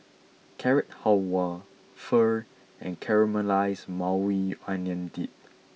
Carrot Halwa Pho and Caramelized Maui Onion Dip